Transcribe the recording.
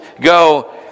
go